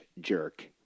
jerk